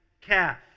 calf